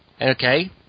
okay